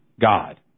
God